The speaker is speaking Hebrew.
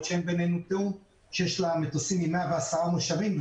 שאין בינינו תיאום שיש לה מטוסים עם 110 מושבים,